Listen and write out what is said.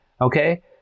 okay